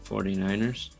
49ers